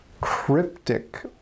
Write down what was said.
cryptic